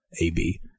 ab